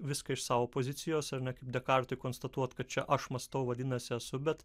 viską iš savo pozicijos ar ne kaip dekartui konstatuoti kad čia aš mąstau vadinasi esu bet